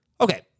Okay